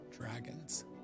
dragons